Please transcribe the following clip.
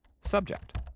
Subject